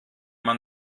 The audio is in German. man